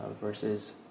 versus